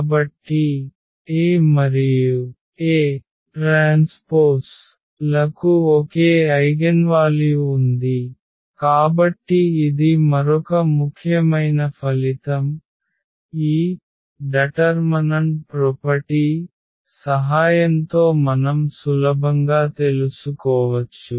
కాబట్టి A మరియు AT లకు ఒకే ఐగెన్వాల్యు ఉంది కాబట్టి ఇది మరొక ముఖ్యమైన ఫలితం ఈ నిర్ణయాత్మక ప్రాపర్టీ సహాయంతో మనం సులభంగా తెలుసుకోవచ్చు